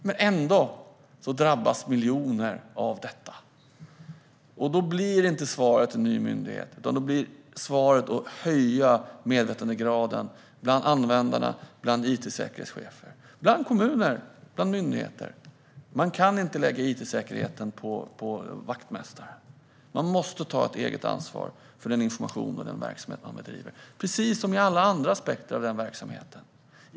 Men ändå drabbas miljoner av detta. Svaret på detta är inte en ny myndighet. Svaret är i stället att höja medvetandegraden bland användare, it-säkerhetschefer, kommuner och myndigheter. Man kan inte lägga ansvaret för it-säkerheten på vaktmästaren, utan man måste ta ett eget ansvar för den information man hanterar och för den verksamhet man bedriver, precis som i alla andra aspekter av verksamheten.